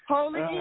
Holy